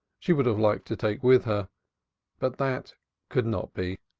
she would have liked to take with her but that could not be.